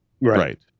right